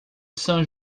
são